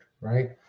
Right